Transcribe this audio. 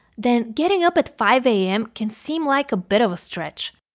then getting up at five a m. can seem like a bit of a stretch.